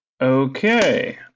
Okay